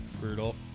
Brutal